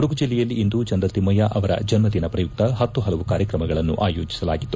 ಕೊಡಗು ಜಿಲ್ಲೆಯಲ್ಲಿ ಇಂದು ಜನರಲ್ ಕಿಮ್ಮಯ್ಯ ಅವರ ಜನ್ಮದಿನ ಪ್ರಯುಕ್ತ ಪತ್ತುಪಲವು ಕಾರ್ಯತ್ರಮಗಳನ್ನು ಆಯೋಜಸಲಾಗಿತ್ತು